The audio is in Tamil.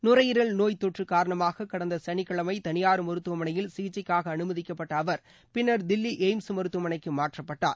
நுரையீரல் நோய் தொற்று காரணமாக கடந்த சனிக்கிழமை தனியார் மருத்துவமனையில் சிகிச்சைக்னக அனுமதிக்கப்பட்ட அவர் பின்னர் தில்லி ஏய்ம்ஸ் மருத்துவமனைக்கு மாற்றப்பட்டார்